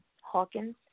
Hawkins